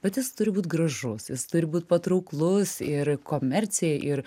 bet jis turi būt gražus jis turi būt patrauklus ir komercijai ir